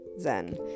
zen